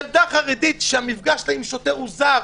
ילדה חרדית שהמפגש שלה עם שוטר הוא זר,